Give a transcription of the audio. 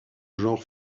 genre